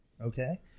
okay